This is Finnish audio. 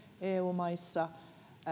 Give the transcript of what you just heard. eu maissa